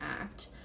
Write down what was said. Act